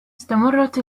استمرت